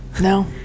No